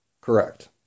correct